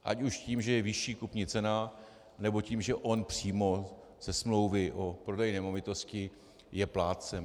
Ať už tím, že je vyšší kupní cena, nebo tím, že on přímo ze smlouvy o prodeji nemovitosti je plátcem.